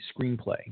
screenplay